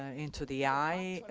ah into the eye.